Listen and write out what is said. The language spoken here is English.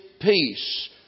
peace